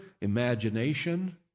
imagination